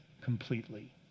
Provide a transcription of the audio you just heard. completely